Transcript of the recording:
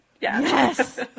Yes